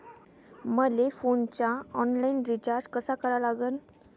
मले फोनचा online recharge कसा करा लागन?